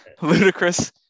Ludicrous